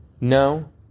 No